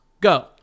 go